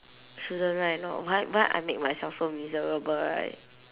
shouldn't right not why why I make myself so miserable right